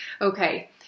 Okay